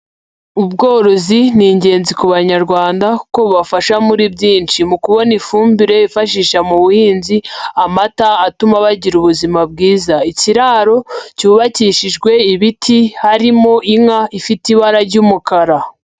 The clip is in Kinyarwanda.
Ubworozi ni ingenzi ku banyarwanda kuko bubafasha muri byinshi, mu kubona ifumbire yifashisha mu buhinzi, amata atuma bagira ubuzima bwiza, ikiraro cyubakishijwe ibiti harimo inka ifite ibara ry'umukara.